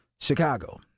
Chicago